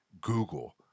Google